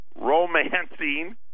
Romancing